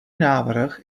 návrh